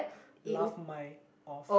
laugh my off